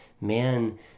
Man